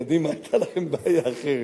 בקדימה היתה לכם בעיה אחרת.